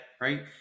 right